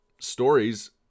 stories